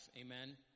Amen